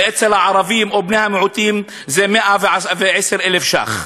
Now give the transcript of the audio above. ואצל הערבים או בני-המיעוטים זה 110,000 שקלים,